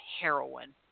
heroin